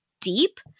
deep